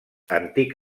antic